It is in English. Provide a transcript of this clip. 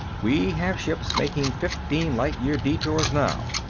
we have ships making fifteen-light-year detours now.